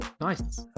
Nice